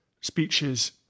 speeches